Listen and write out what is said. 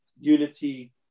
Unity